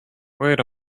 wait